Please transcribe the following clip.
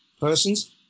persons